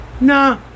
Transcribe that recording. nah